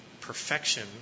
perfection